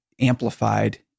amplified